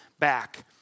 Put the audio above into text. back